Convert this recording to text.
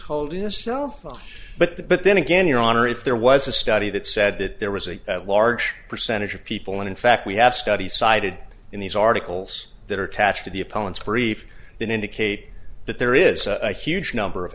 holding a cell phone but that but then again your honor if there was a study that said that there was a large percentage of people when in fact we have studies cited in these articles that are attached to the opponents brief that indicate that there is a huge number of